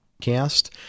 cast